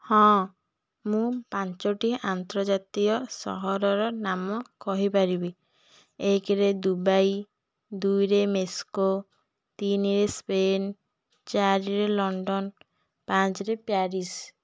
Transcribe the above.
ହଁ ମୁଁ ପାଞ୍ଚଟି ଆନ୍ତର୍ଜାତୀୟ ସହରର ନାମ କହିପାରିବି ଏକରେ ଦୁବାଇ ଦୁଇରେ ମସ୍କୋ ତିନିରେ ସ୍ପେନ୍ ଚାରିରେ ଲଣ୍ଡନ୍ ପାଞ୍ଚରେ ପ୍ୟାରିସ୍